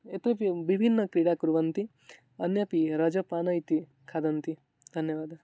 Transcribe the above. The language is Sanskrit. यतोऽपि विभिन्नक्रीडां कुर्वन्ति अन्यदपि रजा पान इति खादन्ति धन्यवादः